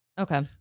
Okay